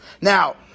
Now